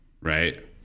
right